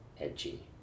edgy